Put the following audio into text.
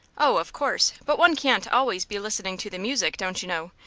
oh, of course, but one can't always be listening to the music, don't you know.